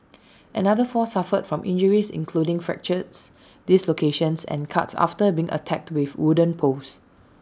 another four suffered from injuries including fractures dislocations and cuts after being attacked with wooden poles